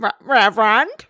Reverend